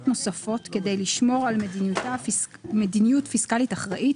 נוספות כדי לשמור על מדיניות פיסקלית אחראית,